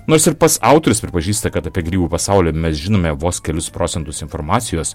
nors ir pats autorius pripažįsta kad apie grybų pasaulį mes žinome vos kelis procentus informacijos